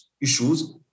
issues